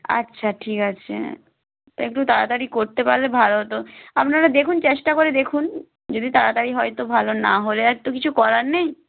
আচ্ছা ঠিক আছে একটু তাড়াতাড়ি করতে পারলে ভালো হতো আপনারা দেখুন চেষ্টা করে দেখুন যদি তাড়াতাড়ি হয় তো ভালো না হলে আর তো কিছু করার নেই